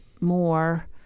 more